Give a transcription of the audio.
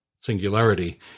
Singularity